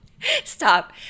Stop